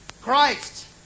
Christ